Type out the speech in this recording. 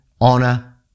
honor